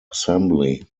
assembly